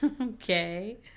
Okay